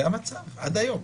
זה המצב, עד היום.